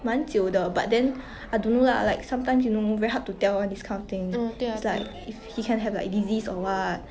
mm 对啊对啊